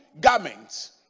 garments